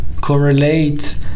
correlate